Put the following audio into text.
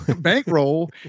Bankroll